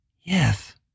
Yes